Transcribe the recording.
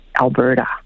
Alberta